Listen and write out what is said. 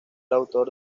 autor